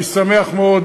אני שמח מאוד